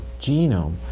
genome